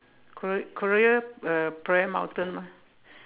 Korea Korea uh prayer mountain lah